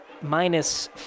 Minus